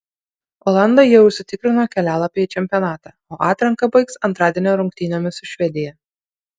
olandai jau užsitikrino kelialapį į čempionatą o atranką baigs antradienio rungtynėmis su švedija